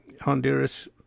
Honduras